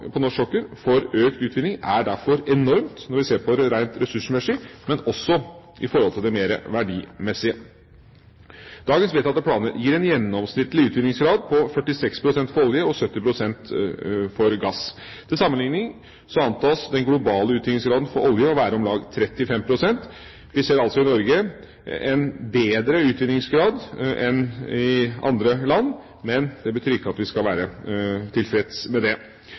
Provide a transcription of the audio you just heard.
på norsk sokkel for økt utvinning er derfor enormt når vi ser på det rent ressursmessig, men også når det gjelder det mer verdimessige. Dagens vedtatte planer gir en gjennomsnittlig utvinningsgrad på 46 pst. for olje og 70 pst. for gass. Til sammenligning antas den globale utvinningsgraden for olje å være på om lag 35 pst. Vi ser altså i Norge en større utvinningsgrad enn i andre land, men det betyr ikke at vi skal være tilfreds med det.